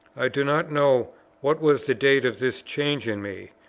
i do not know what was the date of this change in me,